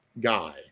guy –